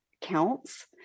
counts